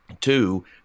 Two